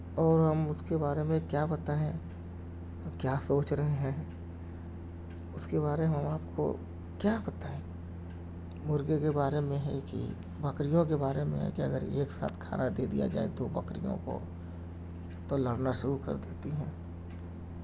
اور ہم اس کے بارے میں کیا بتائیں کیا سوچ رہے ہیں اس کے بارے میں ہم آپ کو کیا بتائیں مرغے کے بارے میں ہے کہ بکریوں کے بارے میں ہے کہ اگر ایک ساتھ کھانا دے دیا جائے تو بکریوں کو تو لڑنا شروع کر دیتی ہیں